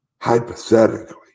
hypothetically